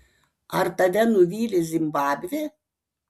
ar tave nuvylė zimbabvė